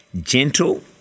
gentle